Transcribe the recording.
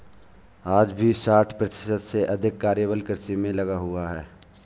आज भी साठ प्रतिशत से अधिक कार्यबल कृषि में लगा हुआ है